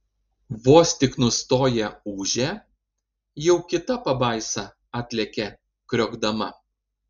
vos tik nustoja ūžę jau kita pabaisa atlekia kriokdama